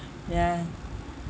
ya